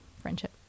friendship